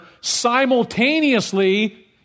simultaneously